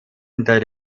hinter